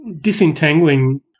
disentangling